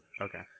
Okay